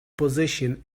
position